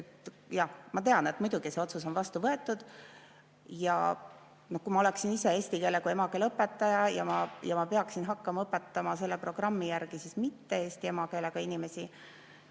ma tean, muidugi, see otsus on vastu võetud. Kui ma oleksin ise eesti keele kui emakeele õpetaja ja ma peaksin hakkama õpetama selle programmi järgi mitte-eesti emakeelega inimesi,